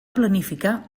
planificar